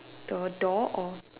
the door or